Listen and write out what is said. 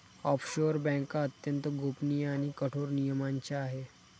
offshore बँका अत्यंत गोपनीय आणि कठोर नियमांच्या आहे